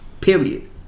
Period